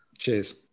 Cheers